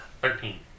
Thirteen